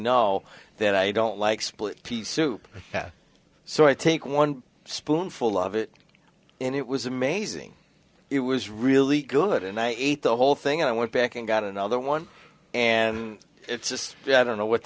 know that i don't like split pea soup so i take one spoonful of it and it was amazing it was really good and i ate the whole thing and i went back and got another one and it's just i don't know what